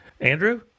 Andrew